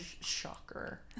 Shocker